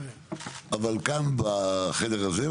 אבל כאן בחדר הזה,